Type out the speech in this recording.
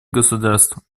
государств